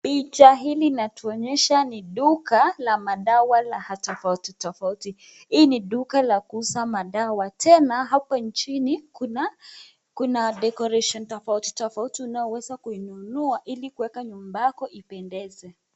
Picha hili linatuonyesha ni duka la madawa la tofauti tofauti hii ni duka la kuuza madawa tena hapo chini kuna decoration tofauti tofauti unaoweza kununua ili kuiweka nyumba yako ipendeze.